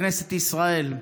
בכנסת ישראל,